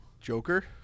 Joker